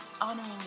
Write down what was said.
honoring